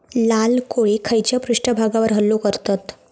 लाल कोळी खैच्या पृष्ठभागावर हल्लो करतत?